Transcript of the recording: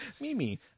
Mimi